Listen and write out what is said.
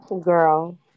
girl